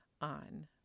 on